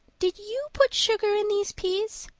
did you put sugar in these peas?